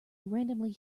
randomly